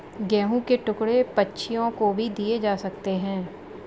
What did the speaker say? गेहूं के टुकड़े पक्षियों को भी दिए जा सकते हैं